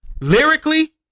Lyrically